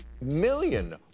million